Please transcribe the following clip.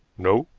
no,